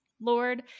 Lord